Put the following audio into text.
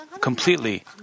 completely